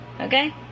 Okay